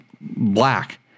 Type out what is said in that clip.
black